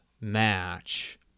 match